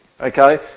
Okay